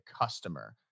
customer